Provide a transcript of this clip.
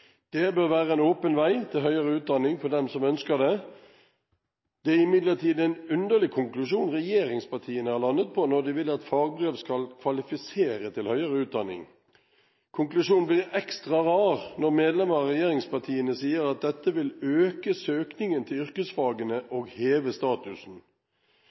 Det bør være en åpen vei til høyere utdanning for dem som ønsker det. Det er imidlertid en underlig konklusjon regjeringspartiene har landet på når de vil at fagbrev skal kvalifisere til høyere utdanning. Konklusjonen blir ekstra rar når medlemmer av regjeringspartiene sier at dette vil øke søkningen til yrkesfagene og heve statusen.